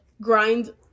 grind